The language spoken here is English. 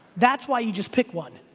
that's why you just pick one.